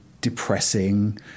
depressing